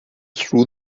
through